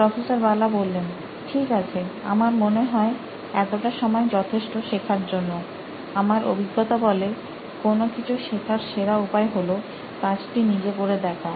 professor Bala ঠিক আছে আমার মনে হয় এতটা সময় যথেষ্ট শেখার জন্য আমার অভিজ্ঞতা বলে কোন কিছু শেখার সেরা উপায় হল কাজটি নিজে করে দেখা